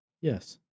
Yes